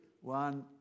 One